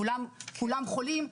כולם חולים,